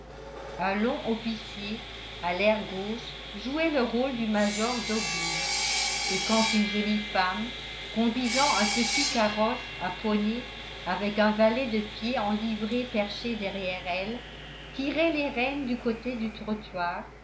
un long officier à l'air gauche jouait le rôle du major dobbin et quand une jolie femme conduisant un petit carrosse à poneys avec un valet de pied en livrée perché derrière elle tirait les rênes du côté du trottoir